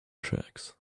tracks